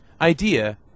idea